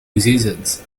musicians